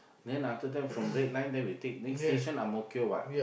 then after that from red line then we take next station Ang-Mo-Kio what